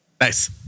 Nice